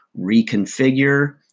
reconfigure